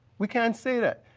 we can't say that.